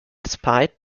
despite